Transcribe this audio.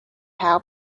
help